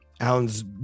Alan's